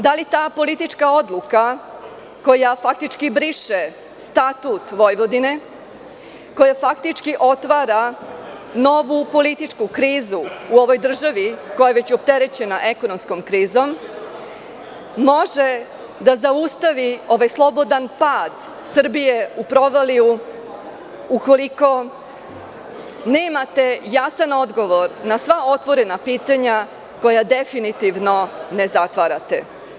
Da li ta politička odluka koja faktički briše Statut Vojvodine, koja faktički otvara novu političku krizu u ovoj državi koja je već opterećena ekonomskom krizom može da zaustavi ovaj sloboda pad Srbije u provaliju ukoliko nemate jasan odgovor na sva otvorena pitanja koja definitivno ne zatvarate.